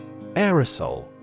Aerosol